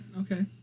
okay